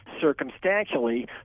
circumstantially